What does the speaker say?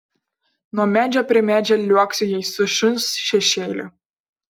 nuo medžio prie medžio liuoksi jis su šuns šešėliu